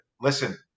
listen